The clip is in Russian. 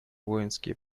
воинские